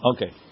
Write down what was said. Okay